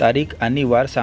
तारीख आणि वार सांग